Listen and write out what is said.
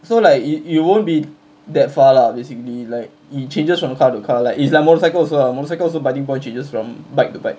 so like it it you won't be that far lah basically like it changes from car to car like is like motorcycle also ah motorcycle also biting point changes from bike to bike